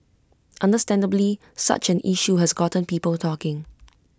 understandably such an issue has gotten people talking